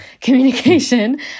communication